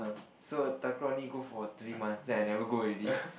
so takraw only go for three months then I never go already